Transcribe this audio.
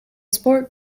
sport